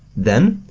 then,